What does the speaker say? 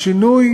שינוי